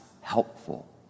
helpful